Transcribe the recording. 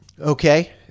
Okay